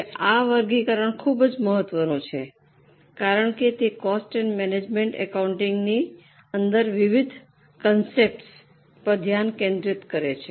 હવે આ વર્ગીકરણ ખૂબ મહત્વનું છે કારણ કે તે કોસ્ટ એન્ડ મેનેજમેન્ટ એકાઉન્ટિંગની અંદર વિવિધ કોંસેપ્તર્સ પર ધ્યાન કેન્દ્રિત કરે છે